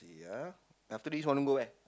ya after this want to go where